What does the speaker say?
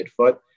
midfoot